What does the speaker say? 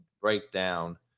breakdown